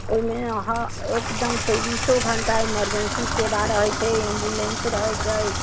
ओहिमे अहाँ एकदम चौबीसो घण्टा इमर्जेन्सी सेवा रहैत छै एम्बुलेन्स रहैत छै